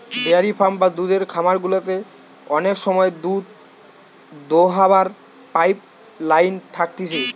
dairy farm বা দুধের খামার গুলাতে অনেক সময় দুধ দোহাবার পাইপ লাইন থাকতিছে